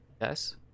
Yes